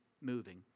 moving